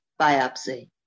biopsy